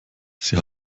sie